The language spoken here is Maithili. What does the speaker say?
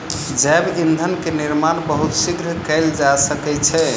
जैव ईंधन के निर्माण बहुत शीघ्र कएल जा सकै छै